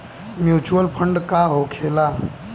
Mutual fund का होखेला?